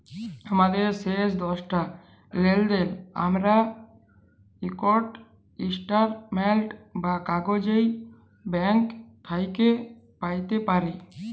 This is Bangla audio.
আমাদের শেষ দশটা লেলদেলের আমরা ইকট ইস্ট্যাটমেল্ট বা কাগইজ ব্যাংক থ্যাইকে প্যাইতে পারি